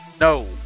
No